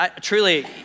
Truly